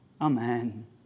Amen